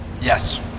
Yes